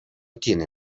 tiene